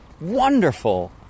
wonderful